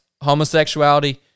homosexuality